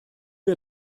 wir